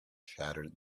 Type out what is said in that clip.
shattered